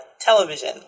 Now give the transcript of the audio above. television